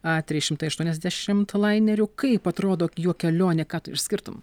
a trys šimtai aštuoniasdešimt laineriu kaip atrodo juo kelionė ką tu išskirtum